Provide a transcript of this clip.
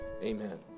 Amen